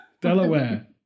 Delaware